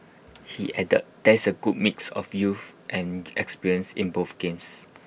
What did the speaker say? he added there is A good mix of youth and experience in both games